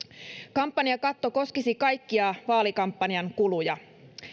kampanjakatto koskisi kaikkia vaalikampanjan kuluja